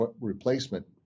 replacement